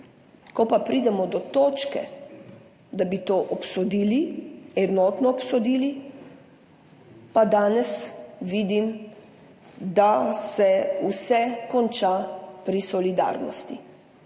ko pa pridemo do točke, da bi to obsodili, enotno obsodili, pa danes vidim, da se vse konča pri solidarnosti.